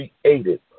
created